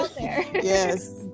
yes